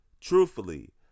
Truthfully